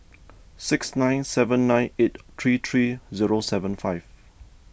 six nine seven nine eight three three zero seven five